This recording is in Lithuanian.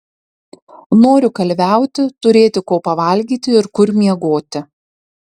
noriu kalviauti turėti ko pavalgyti ir kur miegoti